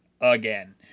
again